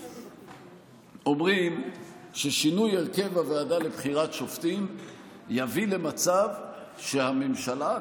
אומרים ששינוי הרכב הוועדה לבחירת שופטים יביא למצב שהממשלה,